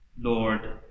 Lord